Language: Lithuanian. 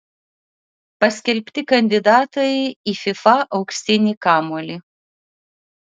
paskelbti kandidatai į fifa auksinį kamuolį